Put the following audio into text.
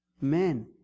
men